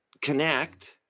connect